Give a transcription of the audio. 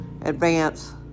advance